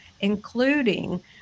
including